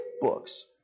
books